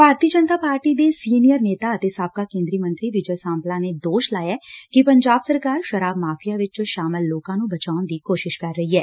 ਭਾਰਤੀ ਜਨਤਾ ਪਾਰਟੀ ਦੇ ਸੀਨੀਅਰ ਨੇਤਾ ਅਤੇ ਸਾਬਕਾ ਕੇਂਦਰੀ ਮੰਤਰੀ ਵਿਜੇ ਸਾਂਪਲਾ ਨੇ ਦੋਸ਼ ਲਾਇਐ ਕਿ ਪੰਜਾਬ ਸਰਕਾਰ ਸ਼ਰਾਬ ਮਾਫ਼ੀਆ ਵਿਚ ਸ਼ਾਮਲ ਲੋਕਾਂ ਨੂੰ ਬਚਾਉਣ ਦੀ ਕੋਸ਼ਿਸ਼ ਕਰ ਰਹੀ ਏ